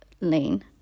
lane